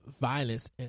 violence